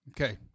Okay